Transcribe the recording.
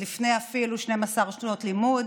אפילו עוד לפני 12 שנות לימוד